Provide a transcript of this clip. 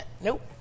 Nope